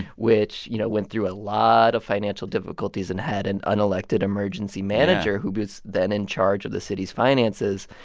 which, you know, went through a lot of financial difficulties and had an unelected emergency manager who was then in charge of the city's finances.